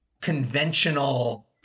conventional –